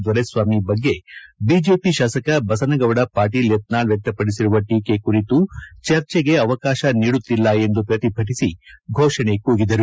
ದೊರೆಸ್ವಾಮಿ ಬಗ್ಗೆ ಬಿಜೆಪಿ ಶಾಸಕ ಬಸನಗೌದ ಪಾಟೀಲ್ ಯತ್ನಾಳ್ ವ್ಯಕ್ತಪದಿಸಿರುವ ಟೀಕೆ ಕುರಿತು ಚರ್ಚೆಗೆ ಅವಕಾಶ ನೀಡುತ್ತಿಲ್ಲ ಎಂದು ಪ್ರತಿಭಟಿಸಿ ಫೋಷಣೆ ಕೂಗಿದರು